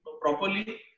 properly